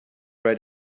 right